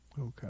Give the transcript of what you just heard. Okay